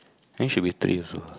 think should be three also